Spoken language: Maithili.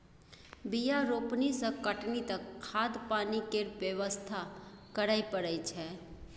बीया रोपनी सँ कटनी तक खाद पानि केर बेवस्था करय परय छै